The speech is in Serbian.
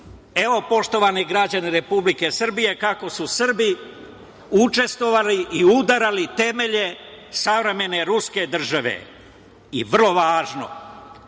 flote. Poštovani građani Republike Srbije, evo kako su Srbi učestvovali i udarali temelje savremene ruske države. Vrlo važno.